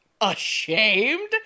ashamed